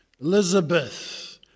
Elizabeth